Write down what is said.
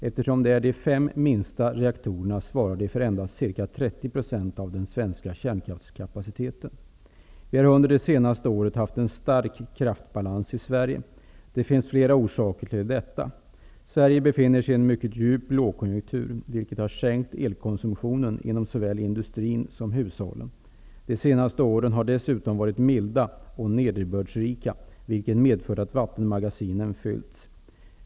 Eftersom det är de fem minsta reaktorerna, svarar de för endast ca 30 % av den svenska kärnkraftskapaciteten. Vi har under det senaste året haft en stark kraftbalans i Sverige. Det finns flera orsaker till detta. Sverige befinner sig i en mycket djup lågkonjunktur, vilken har sänkt elkonsumtionen inom såväl industrin som hushållen. De senaste åren har dessutom varit milda och nederbördsrika, vilket har medfört att vattenmagasinen har fyllts.